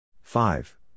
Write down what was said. Five